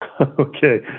Okay